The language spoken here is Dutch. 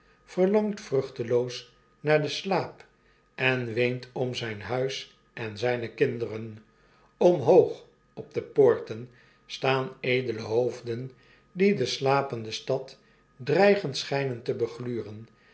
verlangt vrnchteloos naar den slaap en weent om zijn huis en zijne kinderen omhoog op de poorten staan edele hoofden die de slapende stad dreigend schflnen te